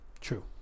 True